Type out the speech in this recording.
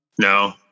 No